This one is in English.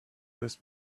this